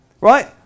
right